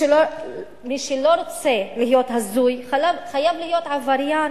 מי שלא רוצה להיות הזוי, חייב להיות עבריין.